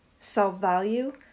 self-value